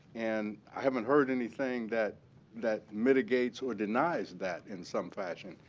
and i haven't heard anything that that mitigates or denies that in some fashion.